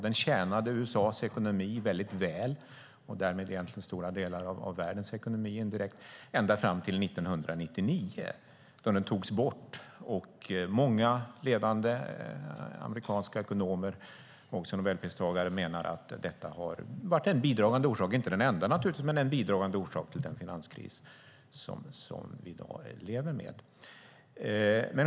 Den tjänade USA:s ekonomi och därmed indirekt stora delar av världens ekonomi väldigt väl ända fram till 1999, då den togs bort. Många ledande amerikanska ekonomer, också Nobelpristagare, menar att detta har varit en bidragande orsak, om än inte den enda, till den finanskris som vi i dag lever med.